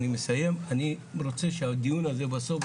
אני מסיים, אני רוצה שהדיון הזה בסוף,